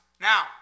Now